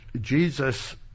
Jesus